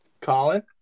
Colin